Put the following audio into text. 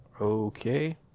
Okay